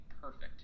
perfect